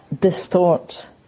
distort